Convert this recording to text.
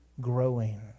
growing